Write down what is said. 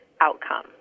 outcome